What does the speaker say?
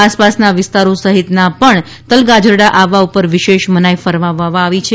આસપાસના વિસ્તારો સહિતના પણ તલગાજરડા આવવા પર વિશેષ ના ફરમાવવામાં આવી છે